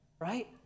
Right